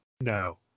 No